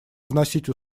вносить